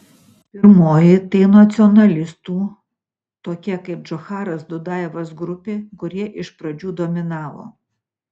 pirmoji tai nacionalistų tokie kaip džocharas dudajevas grupė kurie iš pradžių dominavo